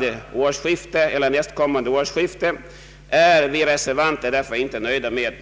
vid årsskiftet, är vi reservanter därför inte nöjda med.